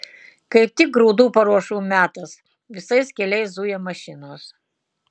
kaip tik grūdų paruošų metas visais keliais zuja mašinos